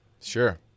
Sure